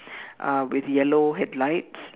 uh with yellow headlights